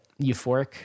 euphoric